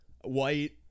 white